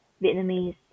vietnamese